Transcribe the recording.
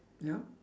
yup